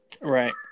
right